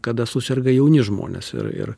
kada suserga jauni žmonės ir ir